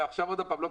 ועכשיו עוד פעם,